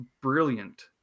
brilliant